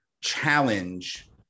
challenge